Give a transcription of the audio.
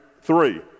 three